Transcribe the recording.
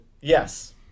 Yes